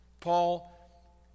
Paul